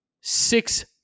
six